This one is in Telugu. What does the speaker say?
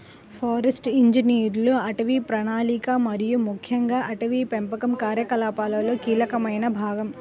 ఫారెస్ట్ ఇంజనీర్లు అటవీ ప్రణాళిక మరియు ముఖ్యంగా అటవీ పెంపకం కార్యకలాపాలలో కీలకమైన భాగం